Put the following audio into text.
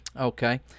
Okay